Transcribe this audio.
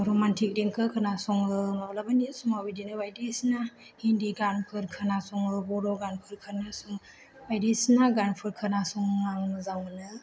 romantic देंखो खोनासङो माब्लाबानि समाव बिदिनो बायदिसिना हिन्दी गानफोर खोनासङो बर' गानफोर खोनासङो बायदिसिना गानफोर खोनासंनो आं मोजां मोनो